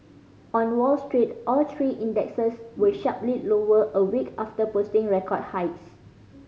on Wall Street all three indexes were sharply lower a week after posting record highs